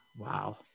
Wow